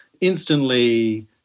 instantly